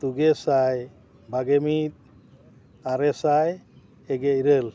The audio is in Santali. ᱛᱩᱜᱮ ᱥᱟᱭ ᱵᱟᱨᱜᱮ ᱢᱤᱫ ᱟᱨᱮ ᱥᱟᱭ ᱯᱮᱜᱮ ᱤᱨᱟᱹᱞ